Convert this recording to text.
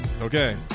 Okay